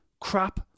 Crap